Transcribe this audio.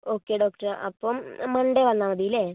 okay ഡോക്ടറേ അപ്പോൾ Monday വന്നാൽ മതിയല്ലേ